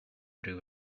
ryw